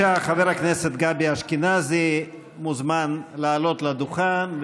חבר הכנסת גבי אשכנזי מוזמן לעלות לדוכן,